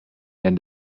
then